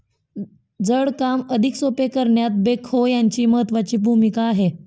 जड काम अधिक सोपे करण्यात बेक्हो यांची महत्त्वाची भूमिका आहे